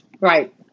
Right